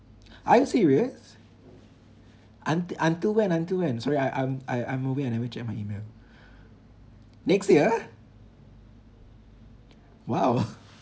are you serious until until when until when sorry I I'm I I'm away I never check my email next year !wow!